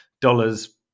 dollars